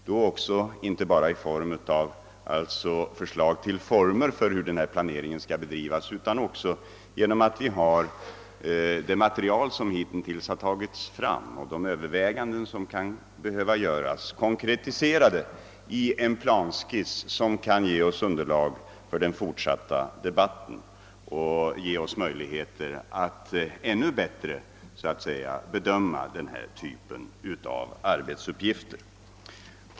Det gäller inte bara att utarbeta förslag till former för bedrivande av denna planering utan också att konkretisera det material som hittills tagits fram och de överväganden, som kan behöva göras i en planskiss. En sådan är nödvändig för den fortsatta debatten och kan ge oss bättre möjligheter att bedöma denna typ av arbetsuppgifter.